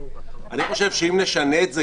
אני חושב שאם נשנה את זה,